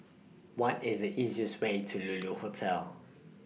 What IS The easiest Way to Lulu Hotel